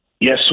Yes